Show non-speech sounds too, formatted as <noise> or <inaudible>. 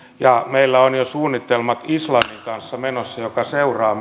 ja meillä on jo menossa suunnitelmat islannin kanssa joka seuraa <unintelligible>